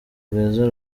rwiza